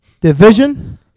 Division